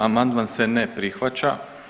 Amandman se ne prihvaća.